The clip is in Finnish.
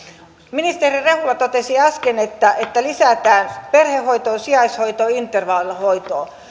ministeri rehula totesi äsken että että lisätään perhehoitoa sijaishoitoa ja intervallihoitoa